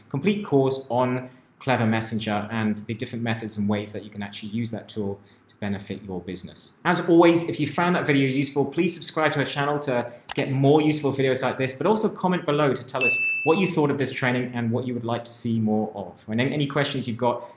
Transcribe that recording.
complete course on clever messenger and the different methods and ways that you can actually use that tool to benefit your business. as always, if you found that useful, please subscribe to my channel to get more useful videos like this, but also comment below to tell us what you thought of this training and what you would like to see more of, and then any questions you've got,